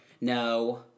No